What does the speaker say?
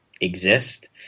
exist